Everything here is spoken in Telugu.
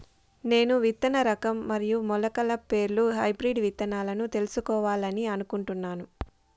నేను విత్తన రకం మరియు మొలకల పేర్లు హైబ్రిడ్ విత్తనాలను తెలుసుకోవాలని అనుకుంటున్నాను?